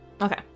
okay